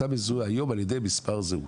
אתה מזוהה היום על ידי מספר זהות.